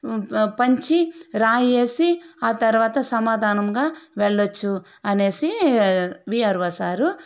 పంచి రాయేసి ఆ తర్వాత సమాధానంగా వెళ్లొచ్చు అనేసి విఆర్ఓ సారు